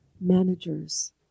managers